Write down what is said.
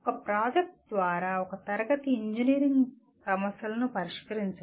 ఒక ప్రాజెక్ట్ ద్వారా ఒక తరగతి ఇంజనీరింగ్ సమస్యలను పరిష్కరించడం